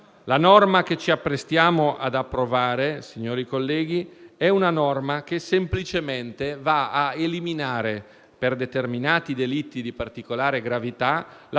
La norma che ci apprestiamo ad approvare, signori colleghi, è una norma che, semplicemente, va a eliminare, per determinati delitti di particolare gravità,